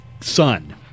Son